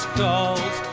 calls